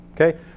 okay